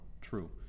True